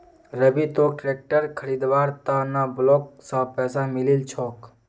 रवि तोक ट्रैक्टर खरीदवार त न ब्लॉक स पैसा मिलील छोक